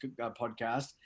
podcast